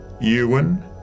Ewan